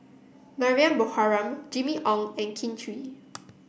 Mariam Baharom Jimmy Ong and Kin Chui